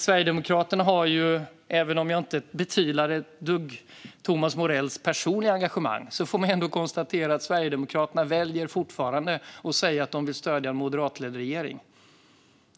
Även om jag inte ett dugg betvivlar Thomas Morells personliga engagemang får man konstatera att Sverigedemokraterna fortfarande väljer att säga att man vill stödja en moderatledd regering.